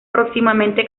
próximamente